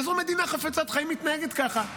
איזו מדינה חפצת חיים מתנהגת כך?